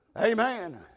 Amen